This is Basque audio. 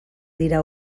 dira